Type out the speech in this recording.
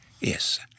Yes